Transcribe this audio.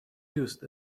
used